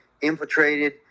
infiltrated